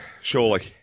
surely